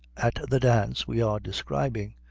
at the dance we are describing,